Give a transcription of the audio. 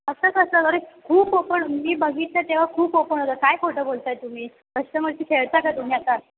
असं कसं अरे खूप ओपन मी बघितलं तेव्हा खूप ओपन होतं काय खोटं बोलत आहे तुम्ही कस्टमरशी खेळता का तुम्ही आता